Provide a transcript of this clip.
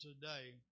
today